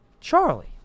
Charlie